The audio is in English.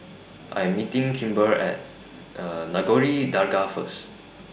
I Am meeting Kimber At Nagore Dargah First